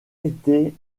été